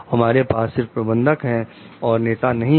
हमारे पास सिर्फ प्रबंधक हैं और नेता नहीं है